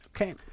Okay